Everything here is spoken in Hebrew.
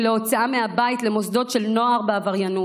להוצאה מהבית למוסדות של נוער בעבריינות.